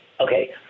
okay